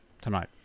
tonight